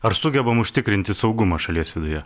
ar sugebam užtikrinti saugumą šalies viduje